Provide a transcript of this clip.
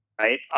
right